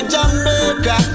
Jamaica